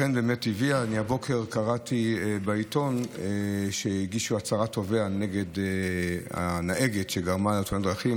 הבוקר קראתי בעיתון שהגישו הצהרת תובע נגד הנהגת שגרמה לתאונת הדרכים,